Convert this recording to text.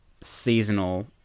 seasonal